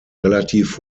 relativ